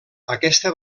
aquesta